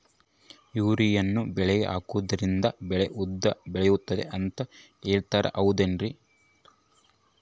ಯೂರಿಯಾವನ್ನು ಬೆಳೆಗೆ ಹಾಕೋದ್ರಿಂದ ಬೆಳೆ ಉದ್ದ ಬೆಳೆಯುತ್ತೆ ಅಂತ ಹೇಳ್ತಾರ ಹೌದೇನ್ರಿ?